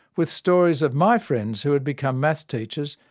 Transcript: with stories of my friends who had become maths teachers,